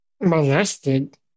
Molested